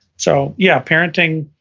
so yeah, parenting.